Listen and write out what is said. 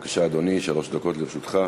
בבקשה, אדוני, שלוש דקות לרשותך.